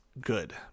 good